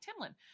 Timlin